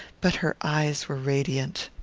but her eyes were radiant.